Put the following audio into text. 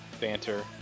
banter